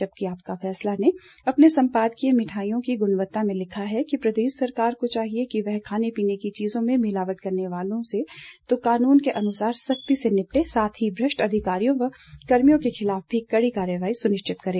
जबकि आपका फैसला ने अपने संपादकीय मिठाइयों की गुणवता में लिखा है कि प्रदेश सरकार को चाहिए कि वह खाने पीने की चीजों में मिलावट करने वालों से तो कानून के अनुसार सख्ती से निपटे साथ ही भ्रष्ट अधिकारियों व कर्मियों के खिलाफ भी कड़ी कार्रवाई सुनिश्चित करे